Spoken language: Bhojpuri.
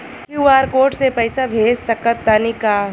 क्यू.आर कोड से पईसा भेज सक तानी का?